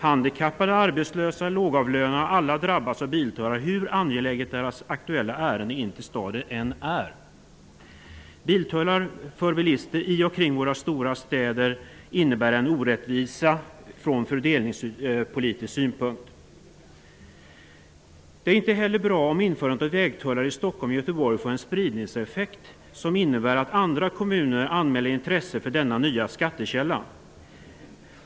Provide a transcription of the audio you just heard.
Handikappade, arbetslösa, lågavlönade -- alla drabbas av biltullar, hur angelägna deras aktuella ärenden in till staden än är. Biltullar för bilister i och omkring våra stora städer innebär en orättvisa från fördelningspolitisk synpunkt. Det är inte heller bra om införande av vägtullar i Stockholm och Göteborg får en spridningseffekt som innebär att andra kommuner anmäler intresse för denna nya skattekälla.